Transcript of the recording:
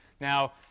now